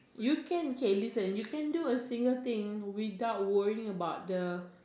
you can okay listen you can do a single thing without worrying about the